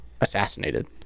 assassinated